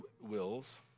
wills